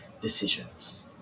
decisions